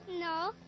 No